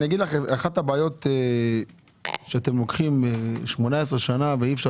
אחת הבעיות אתם לוקחים 18 שנה ואי אפשר